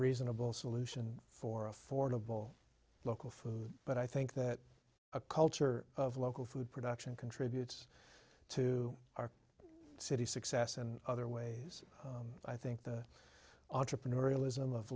reasonable solution for affordable local food but i think that a culture of local food production contributes to our city's success in other ways i think the entrepreneurial is